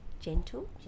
Gentle